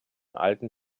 alten